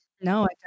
No